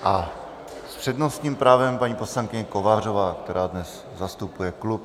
A s přednostním právem paní poslankyně Kovářová, která dnes zastupuje klub.